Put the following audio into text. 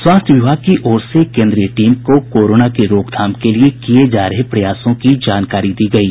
स्वास्थ्य विभाग की ओर से कोन्द्रीय टीम को कोरोना की रोकथाम के लिए किये जा रहे प्रयासों की जानकारी दी गयी